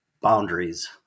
boundaries